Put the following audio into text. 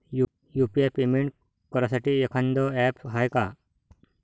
UPI payment करासाठी एखांद app हाय का?